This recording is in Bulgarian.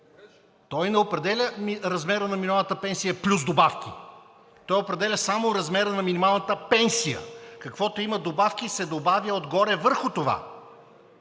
той не определя размера на минималната пенсия плюс добавки, той определя само размера на минималната пенсия. Каквото има – добавки, се добавя отгоре върху това.